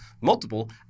multiple